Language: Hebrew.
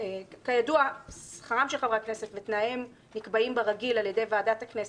שכרם של חברי הכנסת ותנאיהם נקבעים ברגיל על ידי ועדת הכנסת,